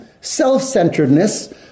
self-centeredness